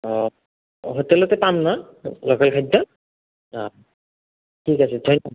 অঁ হোটেলতে পাম ন' লোকেল খাদ্য অঁ ঠিক আছে থেংক ইউ